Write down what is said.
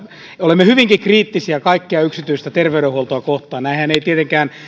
olemme hyvinkin kriittisiä kaikkea yksityistä terveydenhuoltoa kohtaan näinhän ei tietenkään